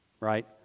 right